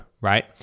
right